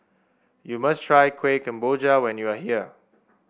you must try Kuih Kemboja when you are here